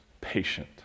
patient